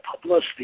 publicity